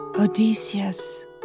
Odysseus